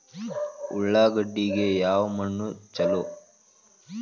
ಉಳ್ಳಾಗಡ್ಡಿಗೆ ಯಾವ ಮಣ್ಣು ಛಲೋ?